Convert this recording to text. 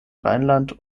rheinland